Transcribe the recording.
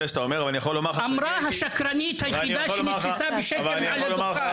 אמרה השקרנית היחידה שנתפסה בשקר מעל הדוכן.